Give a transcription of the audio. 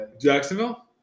Jacksonville